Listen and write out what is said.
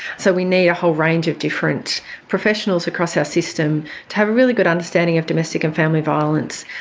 so we need a whole range of different professionals across our system to have a really good understanding of domestic and family violence.